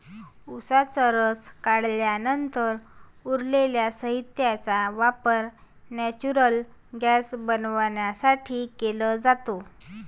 उसाचा रस काढल्यानंतर उरलेल्या साहित्याचा वापर नेचुरल गैस बनवण्यासाठी केला जातो